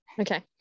Okay